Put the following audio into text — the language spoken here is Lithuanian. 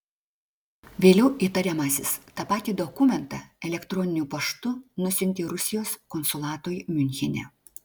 vėliau įtariamasis tą patį dokumentą elektroniniu paštu nusiuntė rusijos konsulatui miunchene